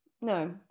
No